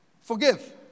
Forgive